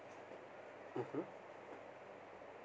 (uh huh)